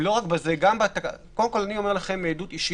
אני אומר לכם מעדות אישית,